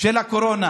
של הקורונה